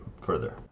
further